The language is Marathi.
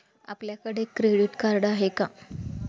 आपल्याकडे क्रेडिट कार्ड आहे का?